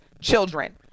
children